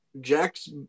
Jack's